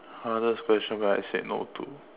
hardest question when I said no to